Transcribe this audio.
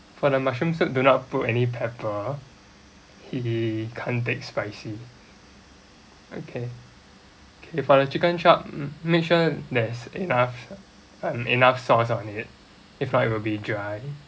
for the mushrooms soup do not put any pepper he can't take spicy okay okay for the chicken chop mm make sure there's enough um enough sauce on it if not it will be dry